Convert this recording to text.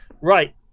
Right